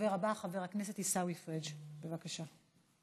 הדובר הבא, חבר הכנסת עיסאווי פריג', בבקשה.